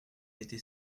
été